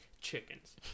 chickens